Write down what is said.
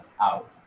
out